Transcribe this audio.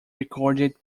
recorded